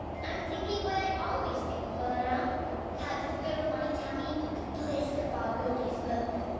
i'm thinking what i always think, balaram how to fill my tummy with the bliss of our gopis' milk.